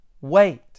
wait